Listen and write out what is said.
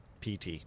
PT